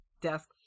Desk